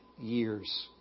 years